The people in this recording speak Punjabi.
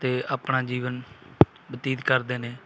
ਅਤੇ ਆਪਣਾ ਜੀਵਨ ਬਤੀਤ ਕਰਦੇ ਨੇ